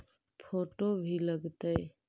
Photo भी लग तै?